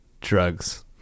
drugs